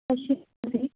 ਸਤਿ ਸ਼੍ਰੀ ਅਕਾਲ ਜੀ